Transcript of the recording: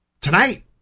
tonight